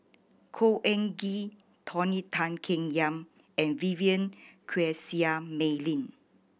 Khor Ean Ghee Tony Tan Keng Yam and Vivien Quahe Seah Mei Lin